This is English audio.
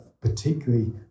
particularly